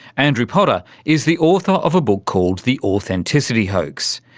andrew potter is the author of a book called the authenticity hoax.